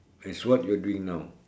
as what you are doing now